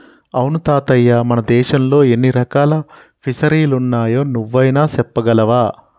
అవును తాతయ్య మన దేశంలో ఎన్ని రకాల ఫిసరీలున్నాయో నువ్వైనా సెప్పగలవా